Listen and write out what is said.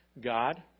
God